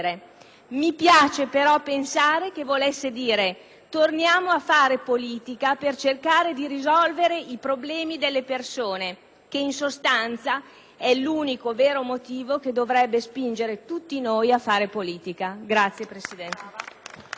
Mi piace però pensare che volesse dire: "Torniamo a fare politica per cercare di risolvere i problemi delle persone", che in sostanza è l'unico vero motivo che dovrebbe spingere tutti noi a fare politica. *(Generali